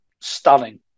stunning